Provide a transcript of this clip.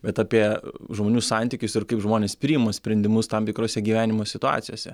bet apie žmonių santykius ir kaip žmonės priima sprendimus tam tikrose gyvenimo situacijose